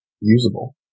usable